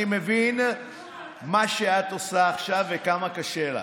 אני מבין מה שאת עושה עכשיו וכמה קשה לך.